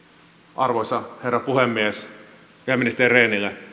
arvoisa herra puhemies ministeri rehnille